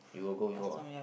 last time yeah